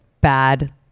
bad